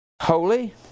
Holy